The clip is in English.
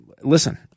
listen